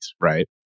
right